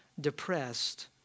depressed